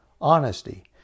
honesty